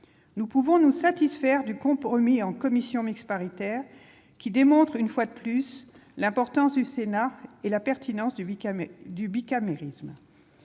Nous pouvons nous satisfaire du compromis atteint en commission mixte paritaire, qui démontre une fois de plus l'importance du Sénat et la pertinence du bicamérisme.